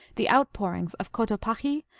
the outpourings of cotopaxi,